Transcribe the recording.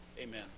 Amen